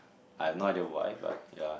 I've no idea why but ya